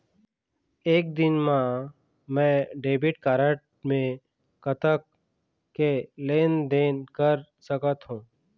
एक दिन मा मैं डेबिट कारड मे कतक के लेन देन कर सकत हो?